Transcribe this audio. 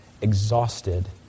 exhausted